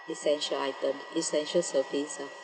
essential item essential service lor